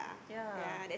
ya